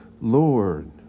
Lord